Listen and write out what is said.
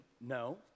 No